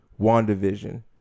wandavision